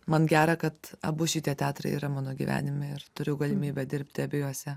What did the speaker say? man gera kad abu šitie teatrai yra mano gyvenime ir turiu galimybę dirbti abiejose